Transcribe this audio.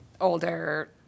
older